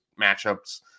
matchups –